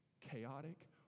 chaotic